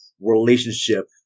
relationship